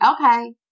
okay